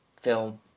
film